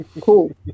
cool